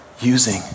using